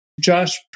Josh